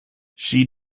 she